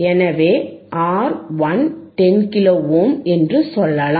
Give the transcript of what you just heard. எனவே R 1 10 kilo ohm என்று சொல்லலாம்